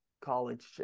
college